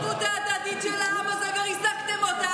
לקחתם את הערבות ההדדית של העם וריסקתם אותה.